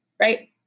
right